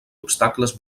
obstacles